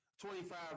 twenty-five